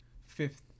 fifth